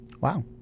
Wow